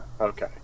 Okay